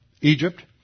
Egypt